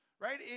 Right